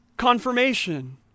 confirmation